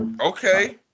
Okay